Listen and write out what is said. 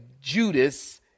Judas